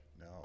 No